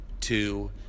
two